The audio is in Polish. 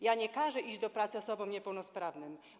Ja nie każę iść do pracy osobom niepełnosprawnym.